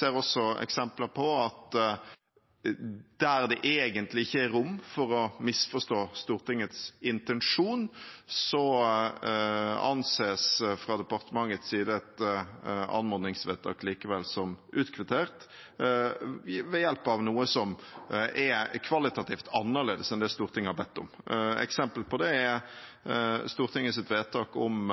ser også eksempler på at der det egentlig ikke er rom for å misforstå Stortingets intensjon, anses et anmodningsvedtak fra departementets side likevel som utkvittert ved hjelp av noe som er kvalitativt annerledes enn det Stortinget har bedt om. Et eksempel på det er Stortingets vedtak om